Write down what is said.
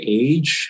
age